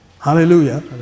Hallelujah